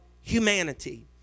humanity